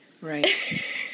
right